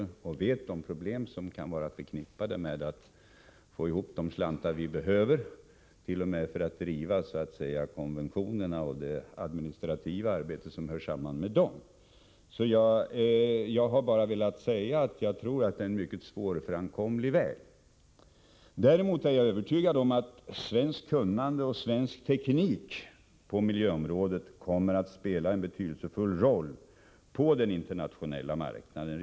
Vi känner till de problem som kan vara förknippade med detta när det gäller att få ihop de slantar som behövs — t.o.m. för att driva konventioner och för det administrativa arbete som hör samman med dem. Jag har därför bara velat säga att jag tror att det är en mycket svårframkomlig väg. Däremot är jag övertygad om att svenskt kunnande och svensk teknik på miljöområdet kommer att spela en betydelsefull roll på den internationella marknaden.